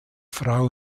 frau